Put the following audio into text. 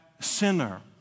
sinner